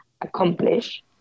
accomplish